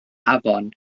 afon